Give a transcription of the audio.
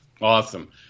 Awesome